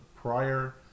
Prior